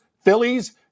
Phillies